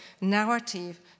narrative